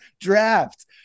draft